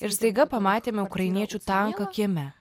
ir staiga pamatėme ukrainiečių tanką kieme